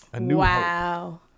Wow